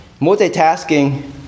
Multitasking